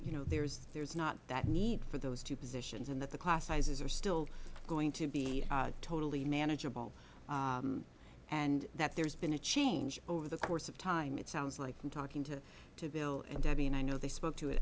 you know there's there's not that neat for those two positions in that the class sizes are still going to be totally manageable and that there's been a change over the course of time it sounds like i'm talking to to bill and debbie and i know they spoke to